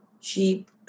cheap